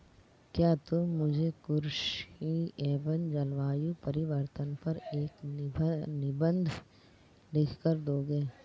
क्या तुम मुझे कृषि एवं जलवायु परिवर्तन पर एक निबंध लिखकर दोगे?